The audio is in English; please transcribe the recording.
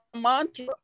mantra